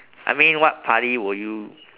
I mean what party would you